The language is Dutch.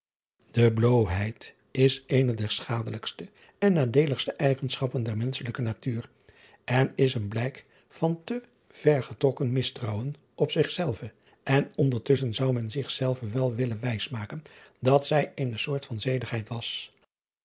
e bloôheid is eene der schadelijkste en nadeeligste eigenschappen der menschelijke natuur en is een blijk van te vergetrokken mistrouwen op zich zelve en ondertusschen zou men zich zelve wel willen wijsmaken dat zij eene soort van zedigheid was